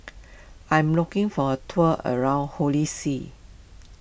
I am looking for a tour around Holy See